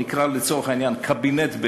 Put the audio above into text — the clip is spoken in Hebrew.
לצורך העניין נקרא לה קבינט בדואי,